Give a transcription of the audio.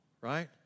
right